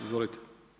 Izvolite.